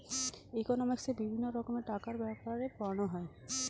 ইকোনমিক্সে বিভিন্ন রকমের টাকার ব্যাপারে পড়ানো হয়